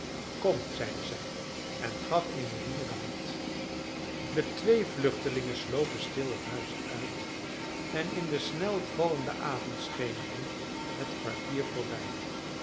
kom zeide zij en gaf emmeline de hand de twee vluchtelingen slopen stil het huis uit en in de snel vallende avondschemering het kwartier voorbij